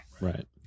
Right